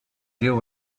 deal